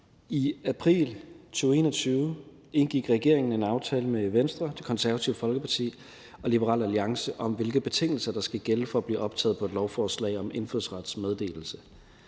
I april 2021 indgik regeringen en aftale med Venstre, Det Konservative Folkeparti og Liberal Alliance om, hvilke betingelser der skal gælde for at blive optaget på et lovforslag om indfødsrets meddelelse.